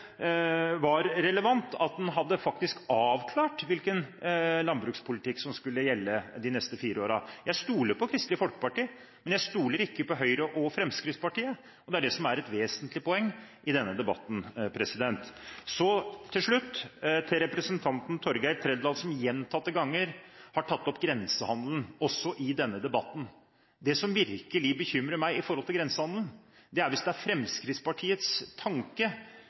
var relevant, at de hadde avklart hvilken landbrukspolitikk som skulle gjelde de neste fire årene. Jeg stoler på Kristelig Folkeparti, men jeg stoler ikke på Høyre og Fremskrittspartiet. Det er det som er et vesentlig poeng i denne debatten. Til slutt til representanten Torgeir Trældal, som gjentatte ganger har tatt opp grensehandelen, også i denne debatten. Det som virkelig bekymrer meg når det gjelder grensehandelen, er hvis det er Fremskrittspartiets tanke